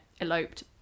eloped